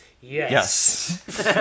Yes